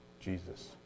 Jesus